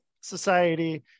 society